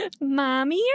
mommy